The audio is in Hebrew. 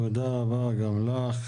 תודה רבה גם לך.